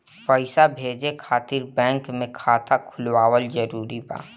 पईसा भेजे खातिर बैंक मे खाता खुलवाअल जरूरी बा?